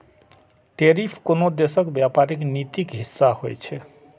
tariff कोनो देशक व्यापारिक नीतिक हिस्सा होइ छै